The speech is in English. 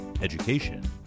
education